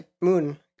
moon